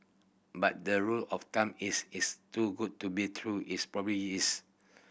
but the rule of thumb is it's too good to be true is probably is